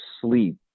sleep